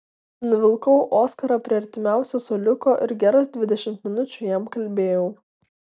nuvilkau oskarą prie artimiausio suoliuko ir geras dvidešimt minučių jam kalbėjau